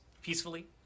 peacefully